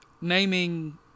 naming